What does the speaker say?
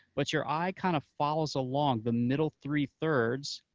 but your eye kind of follows along the middle three thirds,